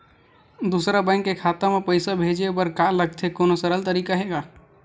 दूसरा बैंक के खाता मा पईसा भेजे बर का लगथे कोनो सरल तरीका हे का?